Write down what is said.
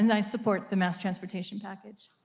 and i support the mass transportation package.